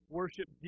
worship